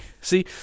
See